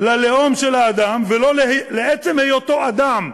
ללאום של אדם ולא לעצם היותו אדם?